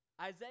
Isaiah